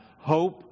hope